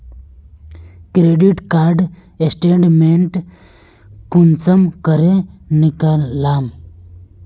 Credit card statement कुंसम करे निकलाम?